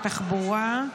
תחבורה,